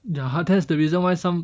ya that's the reason why some